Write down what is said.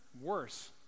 worse